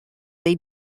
they